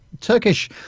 Turkish